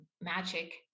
magic